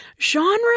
Genre